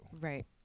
right